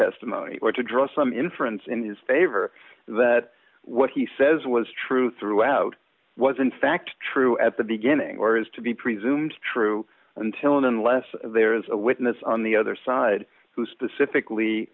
testimony or to draw some inference in his favor that what he says was true throughout was in fact true at the beginning or has to be presumed true until and unless there is a witness on the other side who specifically